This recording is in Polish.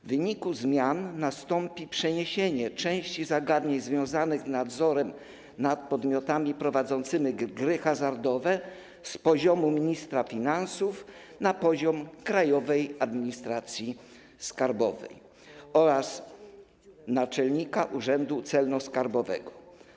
W wyniku zmian nastąpi przeniesienie części zagadnień związanych z nadzorem nad podmiotami prowadzącymi gry hazardowe z poziomu ministra finansów na poziom Krajowej Administracji Skarbowej oraz naczelnika urzędu celno-skarbowego.